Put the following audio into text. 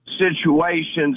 situations